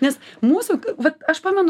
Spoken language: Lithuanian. nes mūsų vat aš pamenu